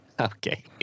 Okay